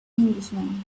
englishman